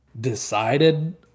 decided